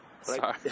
Sorry